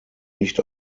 nicht